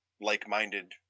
like-minded